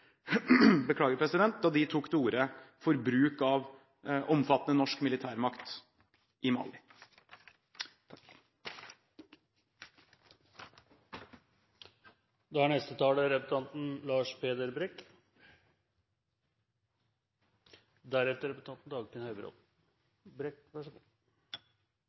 da de tok til orde for bruk av omfattende norsk militærmakt i Mali.